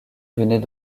venait